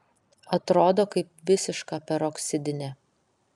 atrodo kaip visiška peroksidinė